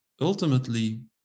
ultimately